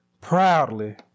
proudly